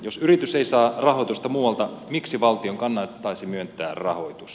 jos yritys ei saa rahoitusta muualta miksi valtion kannattaisi myöntää rahoitus